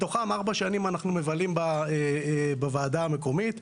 מתוכן 4 שנים אנחנו מבלים בוועדה המקומית.